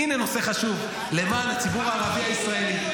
הינה, נושא חשוב למען הציבור הערבי הישראלי.